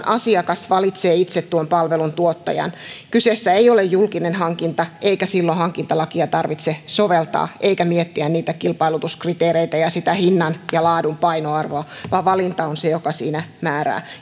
asiakas valitsee palveluntuottajan kyseessä ei ole julkinen hankinta eikä silloin hankintalakia tarvitse soveltaa eikä miettiä niitä kilpailutuskriteereitä ja sitä hinnan ja laadun painoarvoa vaan valinta on se joka siinä määrää